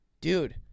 Dude